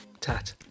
tat